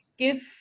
Give